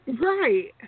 Right